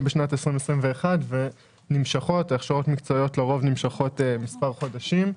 בשנת 2021. ההכשרות המקצועיות נמשכות מספר חודשים.